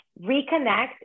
reconnect